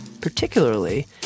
particularly